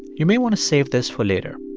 you may want to save this for later